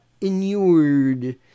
inured